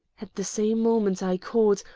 at the same moment i caught,